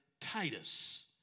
Titus